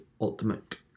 ultimate